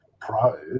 pro